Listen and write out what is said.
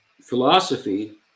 philosophy